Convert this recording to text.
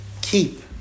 keep